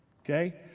Okay